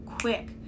quick